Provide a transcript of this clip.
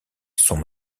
sont